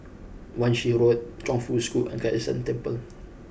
Wan Shih Road Chongfu School and Kai San Temple